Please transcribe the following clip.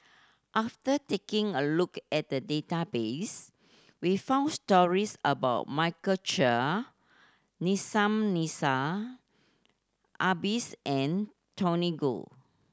after taking a look at the database we found stories about Michael Chiang Nissim Adis and Tony Khoo